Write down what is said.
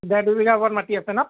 ডেৰ দুই বিঘামান মাটি আছে ন